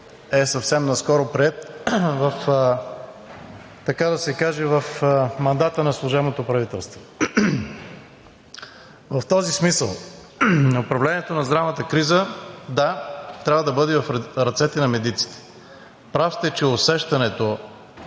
да се каже в мандата на служебното правителство. В този смисъл управлението на здравната криза – да, трябва да бъде в ръцете на медиците. Прав сте, че усещането,